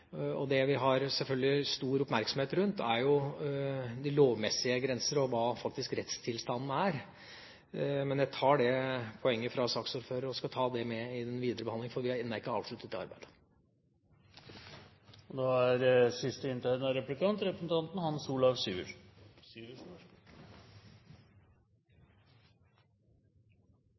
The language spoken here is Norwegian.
Det vi selvfølgelig har stor oppmerksomhet rundt, er de lovmessige grenser og hva rettstilstanden er. Men jeg tar poenget fra saksordføreren og skal ta det med i den videre behandling, for vi har ennå ikke avsluttet det arbeidet. Jeg er